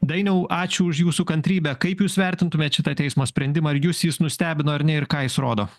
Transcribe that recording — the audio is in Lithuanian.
dainiau ačiū už jūsų kantrybę kaip jūs vertintumėt šitą teismo sprendimą ar jus jis nustebino ar ne ir ką jis rodo